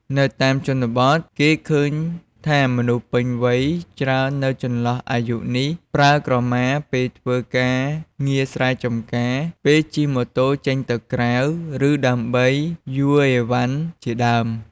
នៅតាមជនបទ គេឃើញថាមនុស្សពេញវ័យច្រើននៅចន្លោះអាយុនេះ ប្រើក្រមាពេលធ្វើការងារស្រែចម្ការ ពេលជិះម៉ូតូចេញទៅក្រៅ ឬ ដើម្បីយួរឥវ៉ាន់ជាដើម។